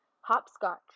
hopscotch